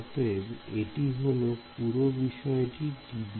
অতএব এটি হলো পুরো বিষয়টির ddx